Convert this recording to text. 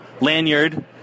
lanyard